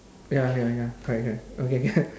ya ya ya correct correct okay